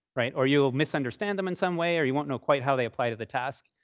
right? or you'll misunderstand them in some way, or you won't know quite how they apply to the task.